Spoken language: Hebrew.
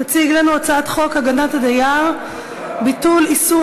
תציג לנו הצעת חוק הגנת הדייר (ביטול איסור